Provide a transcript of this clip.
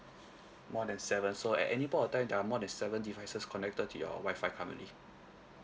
more than seven so at any point of time there are more than seven devices connected to your wi-fi currently